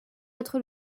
être